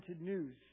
news